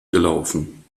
gelaufen